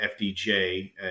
FDJ